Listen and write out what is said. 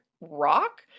rock